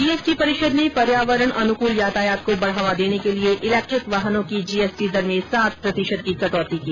GST परिषद ने पर्यावरण अनुकूल यातायात को बढ़ावा देने के लिए इलेक्ट्रिक वाहनों की जीएसटी दर में सात प्रतिशत की कटौती की